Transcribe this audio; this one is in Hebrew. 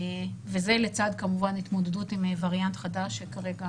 זה כמובן לצד התמודדות עם וריאנט חדש כאשר כרגע